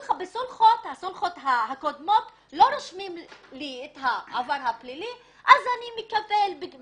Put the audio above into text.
אחרי הסולחות הקודמות לא רושמים את העבר הפלילי ועבור